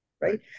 right